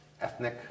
ethnic